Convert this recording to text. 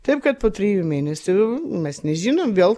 taip kad po trijų mėnesių mes nežinom vėl